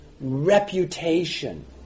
reputation